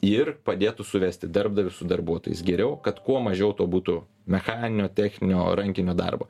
ir padėtų suvesti darbdavius su darbuotojais geriau kad kuo mažiau to būtų mechaninio techninio rankinio darbo